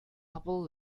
couple